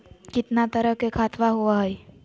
कितना तरह के खातवा होव हई?